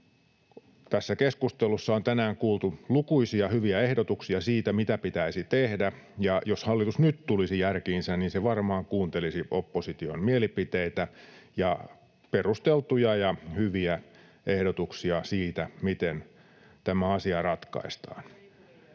Tässä keskustelussa on tänään kuultu lukuisia hyviä ehdotuksia siitä, mitä pitäisi tehdä, ja jos hallitus nyt tulisi järkiinsä, se varmaan kuuntelisi opposition mielipiteitä ja perusteltuja ja hyviä ehdotuksia siitä, miten tämä asia ratkaistaan.